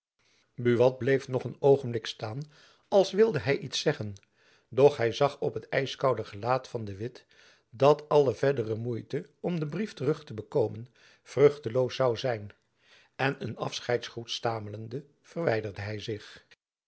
buat bleef nog een oogenblik staan als wilde hy iets zeggen doch hy zag op het ijskoude gelaat van de witt dat alle verdere moeite om den brief terug te bekomen vruchteloos zoû zijn en een afscheidsgroet stamelend verwijderde hy zich